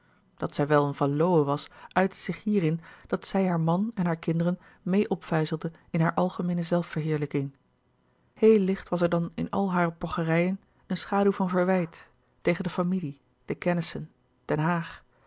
dat zij wel een van lowe was uitte zich hierin dat zij haar man en hare kinderen meê opvijzelde in hare algemeene zelfverheerlijking heel licht was er dan in al hare pocherijen een schaduw van verwijt tegen de familie de kennissen den haag